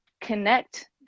connect